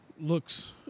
looks –